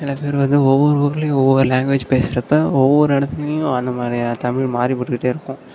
சில பேர் வந்து ஒவ்வொரு ஊர்லேயும் ஒவ்வொரு லாங்குவேஜ் பேசுகிறப்ப ஒவ்வொரு இடத்துலையும் அந்தமாதிரியா தமிழ் மாறுபட்டுகிட்டே இருக்கும்